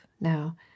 now